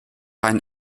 einen